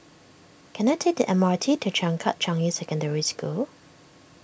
can I take the M R T to Changkat Changi Secondary School